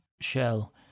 Shell